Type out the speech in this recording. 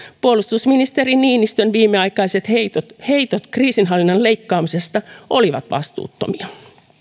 puolustusministeri niinistön viimeaikaiset heitot kriisinhallinnan leikkaamisesta olivat vastuuttomia